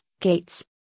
gates